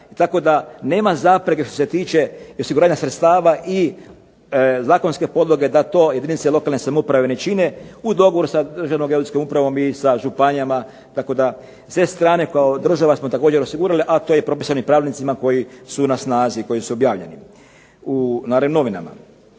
Tako da nema zapreke što se tiče i osiguranja sredstava i zakonske podloge da to jedinice lokalne samouprave ne čine u dogovoru sa Državnom ... upravom i sa županijama. Tako da s te strane kao država smo također osigurali a to je propisano i pravilnicima koji su na snazi i koji su objavljeni u Narodnim novinama.